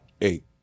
eight